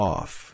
Off